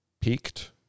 peaked